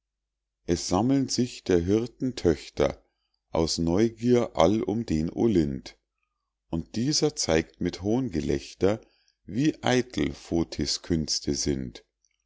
es sammeln sich der hirten töchter aus neugier all um den olint und dieser zeigt mit hohngelächter wie eitel fotis künste sind